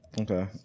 Okay